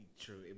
True